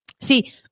See